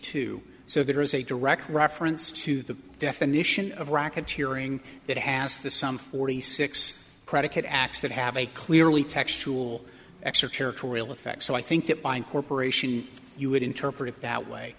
two so there is a direct reference to the definition of racketeering that has the some forty six predicate acts that have a clearly textual extra territorial effect so i think that by incorporation you would interpret it that way